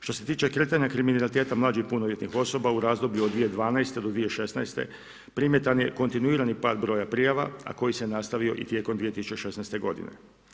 Što se tiče kretanja kriminaliteta mlađih punoljetnih osoba u razdoblju od 2012. do 2016. primjetan je kontinuirani pad broja prijava, a koji se nastavio i tijekom 2016. godine.